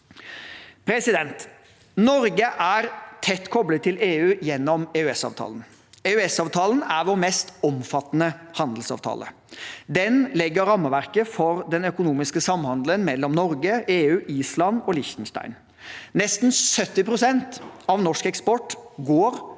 verden. Norge er tett koblet til EU gjennom EØS-avtalen. EØS-avtalen er vår mest omfattende handelsavtale. Den legger rammeverket for den økonomiske samhandelen mellom Norge, EU, Island og Liechtenstein. Nesten 70 pst. av norsk eksport går